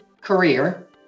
career